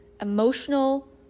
emotional